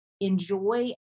enjoy